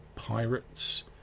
pirates